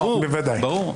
ברור.